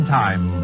time